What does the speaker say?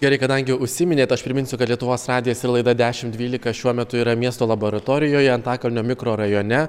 gerai kadangi užsiminėt aš priminsiu kad lietuvos radijas ir laida dešimt dvylika šiuo metu yra miesto laboratorijoje antakalnio mikrorajone